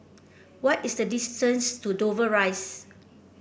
what is the distance to Dover Rise